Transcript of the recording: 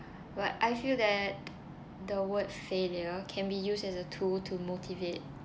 but I feel that the word failure can be used as a tool to motivate